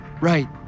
Right